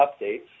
updates